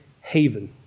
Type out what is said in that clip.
haven